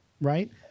right